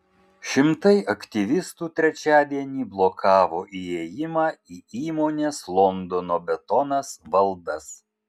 šimtai aktyvistų trečiadienį blokavo įėjimą į įmonės londono betonas valdas